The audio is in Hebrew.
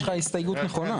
יש לך הסתייגות נכונה.